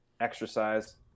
exercise